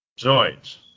Zoids